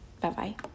Bye-bye